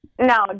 No